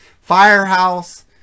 Firehouse